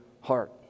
heart